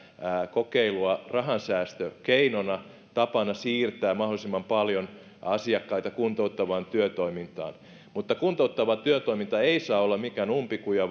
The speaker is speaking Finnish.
kokeilua rahansäästökeinona tapana siirtää mahdollisimman paljon asiakkaita kuntouttavaan työtoimintaan mutta kuntouttava työtoiminta ei saa olla mikään umpikuja